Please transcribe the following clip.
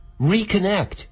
Reconnect